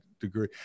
degree